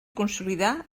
consolidar